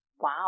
Wow